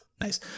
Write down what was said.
Nice